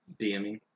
DMing